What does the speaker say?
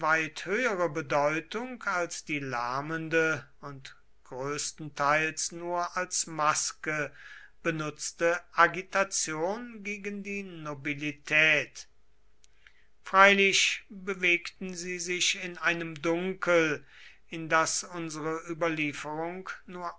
höhere bedeutung als die lärmende und größtenteils nur als maske benutzte agitation gegen die nobilität freilich bewegten sie sich in einem dunkel in das unsere überlieferung nur